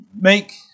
make